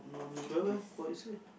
w~ w~ what you say